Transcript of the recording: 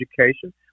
education